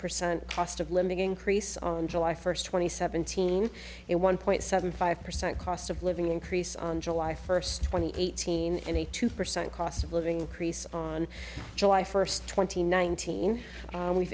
percent cost of living increase on july first twenty seventeen and one point seven five percent cost of living increase on july first twenty eighteen and a two percent cost of living increase on july first twenty nineteen we've